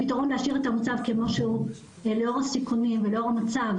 הפתרון של להשאיר את המצב כמו שהוא לאור הסיכונים ולאור המצב